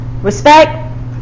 respect